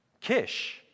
Kish